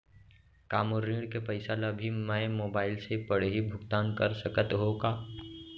का मोर ऋण के पइसा ल भी मैं मोबाइल से पड़ही भुगतान कर सकत हो का?